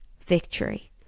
victory